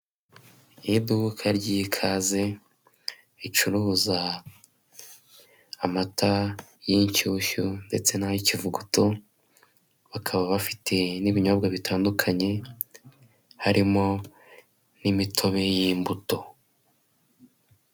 Iduka ry'ikaze ricuruza amata y'inshyushyu ndetse n'ay'ikivuguto, bakaba bafite n'ibinyobwa bitandukanye harimo imitobe mbuto.